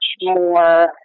more